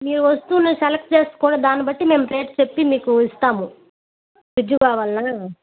మీరు వస్తువుని సెలెక్ట్ చేసుకున్న దాన్ని బట్టి మేము రేట్ చెప్పి మీకు ఇస్తాము ఫ్రిడ్జ్ కావాలా